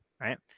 right